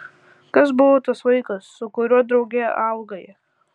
kas buvo tas vaikas su kuriuo drauge augai